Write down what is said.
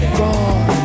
gone